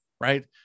right